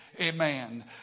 Amen